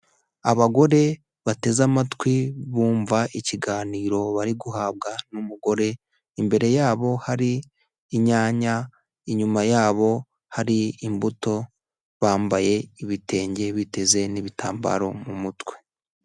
Abagore bateze amatwi bumva ikiganiro bari guhabwa n'umugore, imbere yabo hari inyanya inyuma yabo hari imbuto, bambaye ibitenge biteze n'ibitambaro mu mutwe.